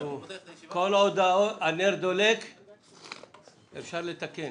כל עוד הנר דולק אפשר לתקן.